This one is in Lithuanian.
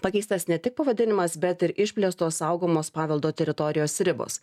pakeistas ne tik pavadinimas bet ir išplėstos saugomos paveldo teritorijos ribos